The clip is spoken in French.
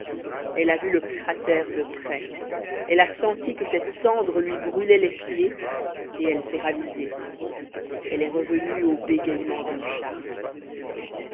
elle a vu le cratère de près elle a senti que cette cendre lui brûlait les pieds et elle s'est ravisée elle est revenue au bégayement d'une charte